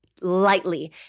lightly